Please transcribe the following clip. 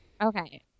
Okay